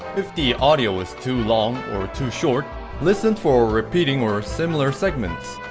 if the audio is too long or too short listen for repeating or similar segments